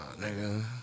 nigga